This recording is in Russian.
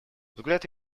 взгляд